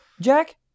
Jack